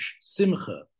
simcha